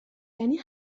یعنی